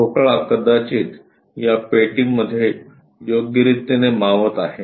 ठोकळा कदाचित या पेटी मध्ये योग्यरीतीने मावत आहे